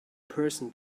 person